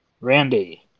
Randy